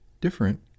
Different